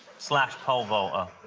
slash pole-vaulter.